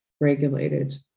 regulated